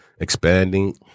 Expanding